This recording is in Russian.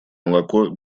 молоко